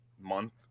month